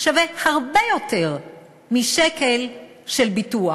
שווה הרבה יותר משקל של ביטוח.